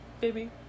Baby